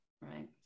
Right